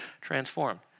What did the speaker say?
transformed